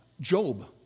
Job